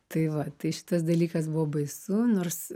tai va tai šitas dalykas buvo baisu nors